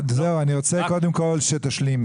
אני רוצה קודם כל שתשלימי.